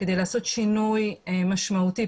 שכדי לעשות שינוי משמעותי,